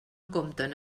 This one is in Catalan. compten